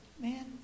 Man